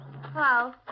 Hello